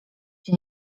się